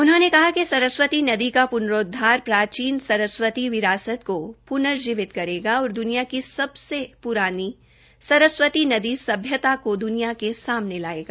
उन्होंने कहाकि सरस्वती नदी के प्नरोद्वार प्राचीन सरस्वती विरसात को पुन जीर्वित करेगा और द्वनिया की सबसे पुरानी सरस्वती नदी सभ्यता का द्वनिया के सामने लायेगा